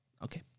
Okay